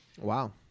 Wow